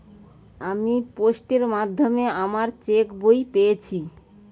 আমি পোস্টের মাধ্যমে আমার চেক বই পেয়েছি